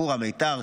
חורה ומיתר,